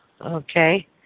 okay